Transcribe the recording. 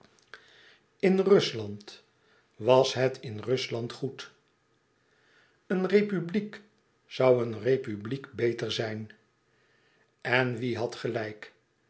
in rusland was het in rusland goed een republiek zoû een republiek beter zijn en wie had gelijk